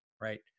Right